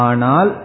Anal